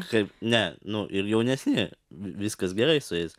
kaip ne nu ir jaunesni vi viskas gerai su jais